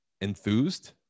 enthused